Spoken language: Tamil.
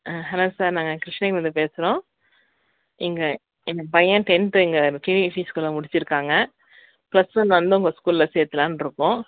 ஆ ஹலோ சார் நாங்கள் கிருஷ்ணகிரிலந்து பேசுகிறோம் எங்கள் எங்கள் பையன் டென்த்து இங்கே பிவிஎஸ்சி ஸ்கூலில் முடிச்சுருங்காங்க ப்ளஸ் ஒன் வந்து உங்கள் ஸ்கூலில் சேர்த்துலான்ருக்கோம்